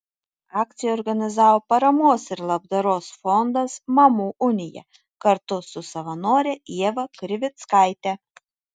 akciją organizavo paramos ir labdaros fondas mamų unija kartu su savanore ieva krivickaite